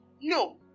No